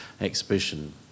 exhibition